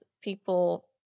people